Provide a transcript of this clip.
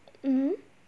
mmhmm